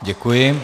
Děkuji.